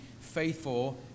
faithful